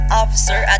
officer